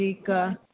ठीकु आहे